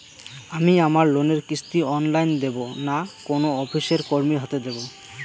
আমি আমার লোনের কিস্তি অনলাইন দেবো না কোনো অফিসের কর্মীর হাতে দেবো?